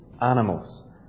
animals